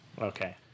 Okay